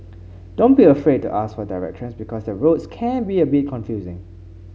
don't be afraid to ask for directions because the roads can be a bit confusing